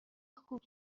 خوب